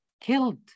killed